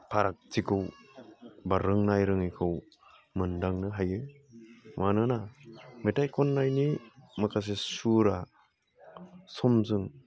फारागथिखौ बा रोंनाय रोङैखौ मोन्दांनो हायो मानोना मेथाइ खननायनि माखासे सुरा समजों